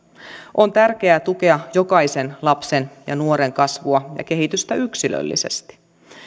on tärkeää tukea jokaisen lapsen ja nuoren kasvua ja kehitystä yksilöllisesti